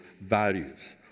values